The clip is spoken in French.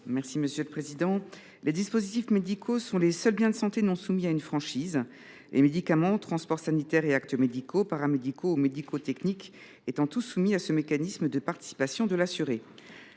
est à Mme Laure Darcos. Les dispositifs médicaux sont les seuls biens de santé non soumis à une franchise. En effet, les médicaments, les transports sanitaires et les actes médicaux, paramédicaux ou médico techniques sont tous soumis à ce mécanisme de participation de l’assuré.